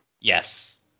Yes